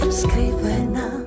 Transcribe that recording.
skrivena